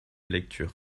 lecture